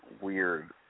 weird